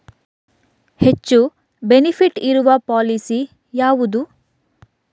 ಹೆಚ್ಚು ಬೆನಿಫಿಟ್ ಇರುವ ಪಾಲಿಸಿ ಯಾವುದು?